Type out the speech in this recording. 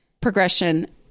progression